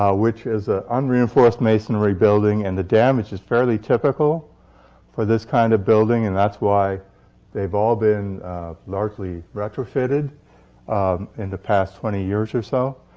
which is a unreinforced masonry building. and the damage is fairly typical for this kind of building. and that's why they've all been largely retrofitted in the past twenty years or so.